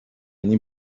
این